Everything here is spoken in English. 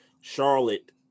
Charlotte